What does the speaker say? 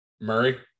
Murray